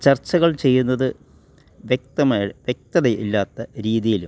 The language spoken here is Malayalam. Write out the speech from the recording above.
ചർച്ചകൾ ചെയ്യുന്നത് വ്യക്തമായി വ്യക്തത ഇല്ലാത്ത രീതിയിലും